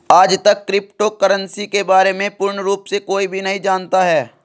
आजतक crypto currency के बारे में पूर्ण रूप से कोई भी नहीं जानता है